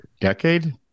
Decade